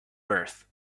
birth